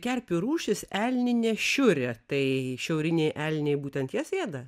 kerpių rūšis elninė šiurė tai šiauriniai elniai būtent jas ėda